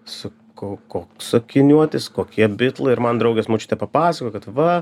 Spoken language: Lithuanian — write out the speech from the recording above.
sakau koks akiniuotis kokie bitlai ir man draugės močiutė papasakojo kad va